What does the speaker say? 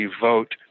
vote